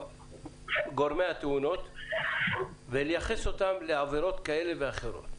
גורמי התאונות וליחס אותם לעבירות כאלה ואחרות,